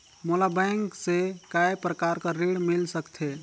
मोला बैंक से काय प्रकार कर ऋण मिल सकथे?